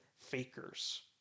fakers